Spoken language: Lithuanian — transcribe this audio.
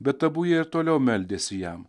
bet abu jie ir toliau meldėsi jam